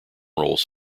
roles